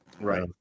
right